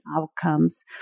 outcomes